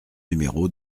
numéro